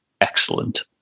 excellent